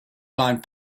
line